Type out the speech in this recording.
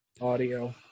audio